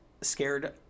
scared